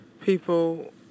people